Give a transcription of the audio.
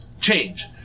change